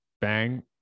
bang